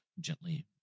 gently